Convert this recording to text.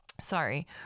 Sorry